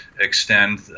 extend